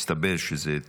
הסתבר שזו טעות.